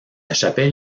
chapelle